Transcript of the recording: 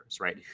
right